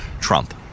Trump